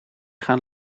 gaan